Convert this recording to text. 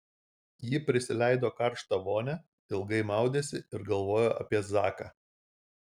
ji prisileido karštą vonią ilgai maudėsi ir galvojo apie zaką